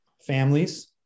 families